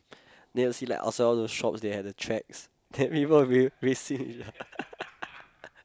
then you see like outside all those shops they have the tracks then people will be facing each other